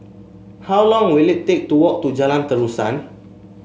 how long will it take to walk to Jalan Terusan